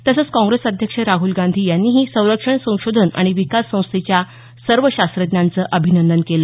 तसंच काँग्रेस अध्यक्ष राहल गांधी यांनीही सरक्षण संशोधन आणि विकास संस्थेच्या सर्व शास्त्रज्ञांचं अभिनंदन केलं